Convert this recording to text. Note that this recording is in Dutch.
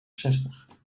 zestig